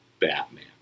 Batman